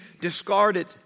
discarded